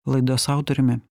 laidos autoriumi